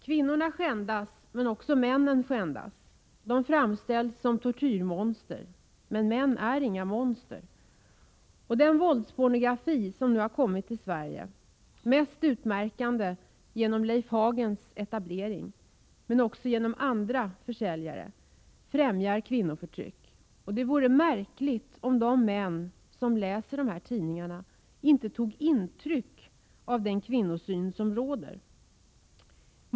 Kvinnorna skändas, men också männen skändas. De framställs som tortyrmonster. Men män är inga monster. Den våldspornografi som nu kommit till Sverige — mest utmärkande genom Leif Hagens etablering, men också genom andra försäljare — främjar kvinnoförtryck. Det vore märkligt om de män som läser dessa tidningar inte tog intryck av den kvinnosyn som råder där.